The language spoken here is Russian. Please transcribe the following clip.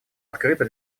открыта